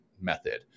method